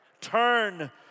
Turn